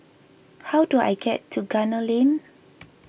how do I get to Gunner Lane